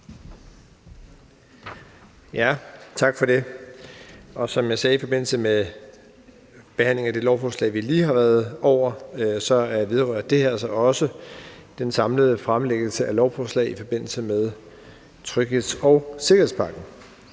Tak for det. Som jeg sagde i forbindelse med behandlingen af det lovforslag, vi lige har været igennem, vedrører det her altså også den samlede fremlæggelse af lovforslag i forbindelse med trygheds- og sikkerhedspakken.